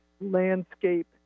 landscape